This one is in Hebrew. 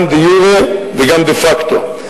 גם דה-יורה וגם דה-פקטו.